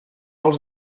els